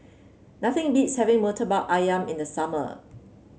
nothing beats having murtabak ayam in the summer